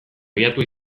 abiatu